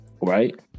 Right